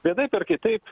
vienaip ar kitaip